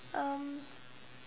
um